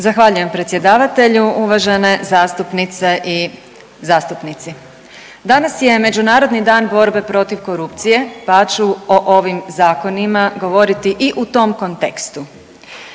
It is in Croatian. Zahvaljujem predsjedavatelju, uvažene zastupnice i zastupnici. Danas je Međunarodni dan borbe protiv korupcije pa ću o ovim zakonima govoriti i u tom kontekstu.